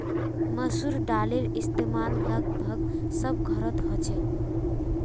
मसूर दालेर इस्तेमाल लगभग सब घोरोत होछे